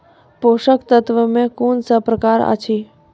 पोसक तत्व मे कून सब प्रकार अछि?